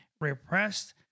repressed